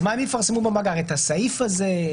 אז מה הם יפרסמו במאגר, את הסעיף הזה?